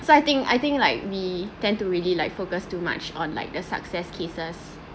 so I think I think like we tend to really like focus too much on like the success cases